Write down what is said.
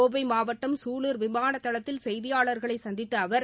கோவை மாவட்டம் சூலூர் விமான தளத்தில் செய்தியாளர்களை சந்தித்த அவர்